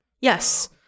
Yes